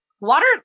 water